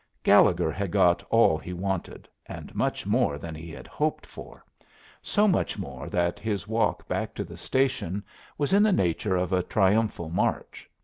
gallegher had got all he wanted, and much more than he had hoped for so much more that his walk back to the station was in the nature of a triumphal march.